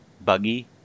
buggy